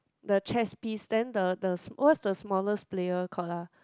the chess piece then the the what's the small player called ah